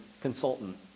consultant